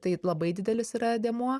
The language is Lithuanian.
tai labai didelis yra dėmuo